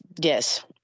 yes